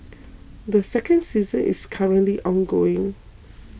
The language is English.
the second season is currently ongoing